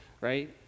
right